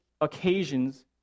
occasions